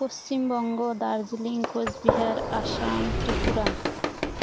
Paschim Banga Darjeeling Cooch Behar Assam Tripura